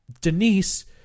Denise